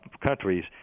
countries